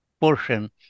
portion